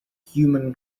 human